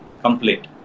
complete